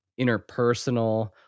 interpersonal